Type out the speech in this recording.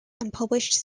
unpublished